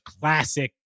classic